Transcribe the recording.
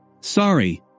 Sorry